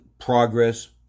progress